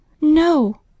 No